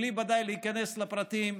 ודאי בלי להיכנס לפרטים,